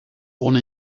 ohne